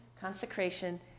consecration